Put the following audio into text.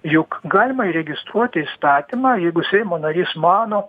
juk galima įregistruoti įstatymą jeigu seimo narys mano